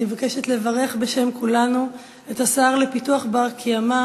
אני מבקשת לברך בשם כולנו את השר לפיתוח בר-קיימא,